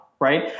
Right